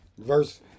Verse